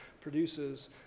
produces